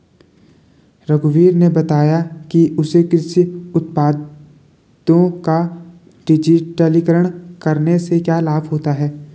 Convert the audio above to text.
रघुवीर ने बताया कि उसे कृषि उत्पादों का डिजिटलीकरण करने से क्या लाभ होता है